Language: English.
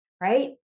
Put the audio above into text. Right